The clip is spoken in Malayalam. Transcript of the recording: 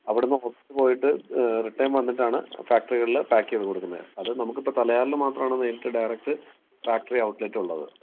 അവിടെ നിന്ന് ഓപ്ഷനു പോയിട്ട് റിട്ടേൺ വന്നിട്ടാണ് ഫാക്ടറികളിൽ പാക്ക് ചെയ്തു കൊടുക്കുന്നത് അത് നമുക്ക് ഇപ്പോൾ തലയാറിൽ മാത്രമാണ് നേരിട്ട് ഡയറക്റ്റ് ഫാക്ടറി ഔട്ട്ലെറ്റ് ഉള്ളത്